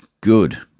good